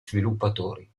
sviluppatori